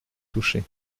touché